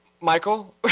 Michael